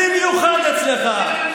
במיוחד אצלך.